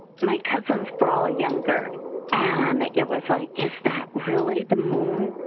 my cousins were all younger and it was like, really the moon?